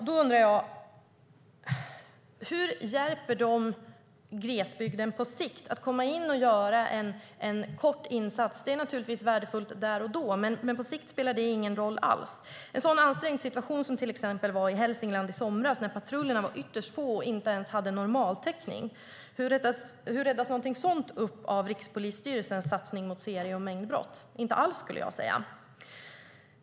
Då undrar jag hur det hjälper glesbygden på sikt att komma in och göra en kort insats. Det är naturligtvis värdefullt där och då, men på sikt spelar det ingen roll alls. En sådan ansträngd situation som det till exempel var i Hälsingland i somras när patrullerna var ytterst få och inte ens hade normaltäckning - hur räddas något sådant upp av Rikspolisstyrelsens satsning mot serie och mängdbrott? Inte alls, skulle jag säga.